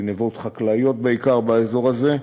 גנבות חקלאיות בעיקר, באזור הזה,